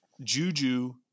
Juju